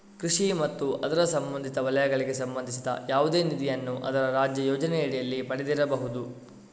ಕೃಷಿ ಮತ್ತು ಅದರ ಸಂಬಂಧಿತ ವಲಯಗಳಿಗೆ ಸಂಬಂಧಿಸಿದ ಯಾವುದೇ ನಿಧಿಯನ್ನು ಅದರ ರಾಜ್ಯ ಯೋಜನೆಯಡಿಯಲ್ಲಿ ಪಡೆದಿರಬಹುದು